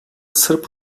sırp